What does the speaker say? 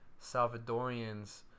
Salvadorians